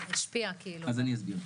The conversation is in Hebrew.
אז אני אסביר.